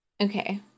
Okay